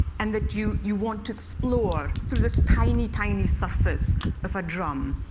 and that you you want to explore through this tiny, tiny surface of a drum.